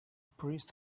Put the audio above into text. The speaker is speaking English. priest